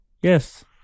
Yes